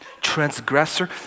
transgressor